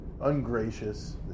ungracious